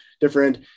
different